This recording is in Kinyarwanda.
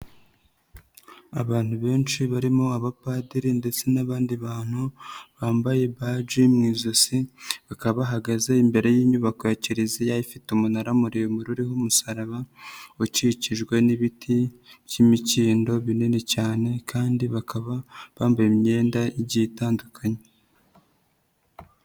Abantu benshi barimo abapadiri ndetse n'abandi bantu bambaye baji mu ijosi bakaba bahagaze imbere y'inyubako ya Kiliziya ifite umunara muremure w'umusaraba ukikijwe n'ibiti by'imikindo binini cyane kandi bakaba bambaye imyenda igiye itandukanye.